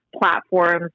platforms